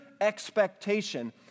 expectation